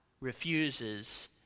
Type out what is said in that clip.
refuses